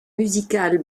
musicale